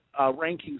rankings